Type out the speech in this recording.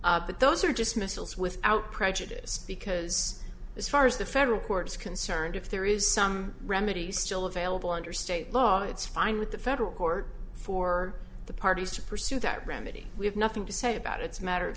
but those are just missiles without prejudice because as far as the federal court is concerned if there is some remedy still available under state law it's fine with the federal court for the parties to pursue that remedy we have nothing to say about it's a matter